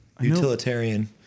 Utilitarian